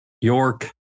York